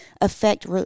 affect